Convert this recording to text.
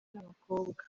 n’abakobwa